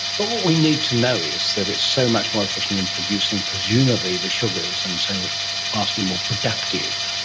but what we need to know is that it's so much more efficient in producing presumably the sugars and so ah vastly more productive.